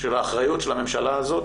של אחריות של הממשלה הזאת,